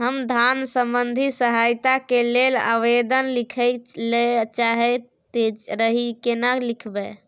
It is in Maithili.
हम धन संबंधी सहायता के लैल आवेदन लिखय ल चाहैत रही केना लिखब?